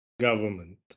government